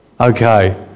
Okay